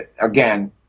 again